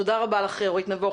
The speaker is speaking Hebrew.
תודה רבה לך אורית נבו.